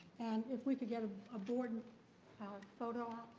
and if we could get a ah board ah photo